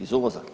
Iz uvoza?